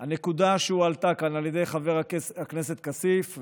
הנקודה שהועלתה כאן על ידי חבר הכנסת כסיף,